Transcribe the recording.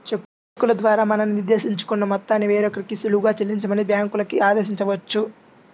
చెక్కుల ద్వారా మనం నిర్దేశించుకున్న మొత్తాన్ని వేరొకరికి సులువుగా చెల్లించమని బ్యాంకులకి ఆదేశించవచ్చు